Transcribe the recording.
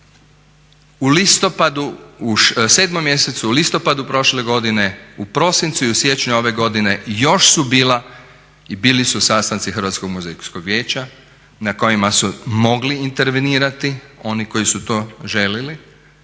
znači u 7. mjesecu, u listopadu prošle godine, u prosincu i u siječnju ove godine još su bili sastanci Hrvatskog muzejskog vijeća na kojima su mogli intervenirati oni koji su to željeli.